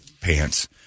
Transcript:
pants